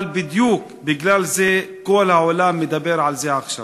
אבל בדיוק בגלל זה כל העולם מדבר על זה עכשיו.